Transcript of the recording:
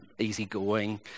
easygoing